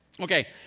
Okay